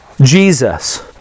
Jesus